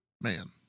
Man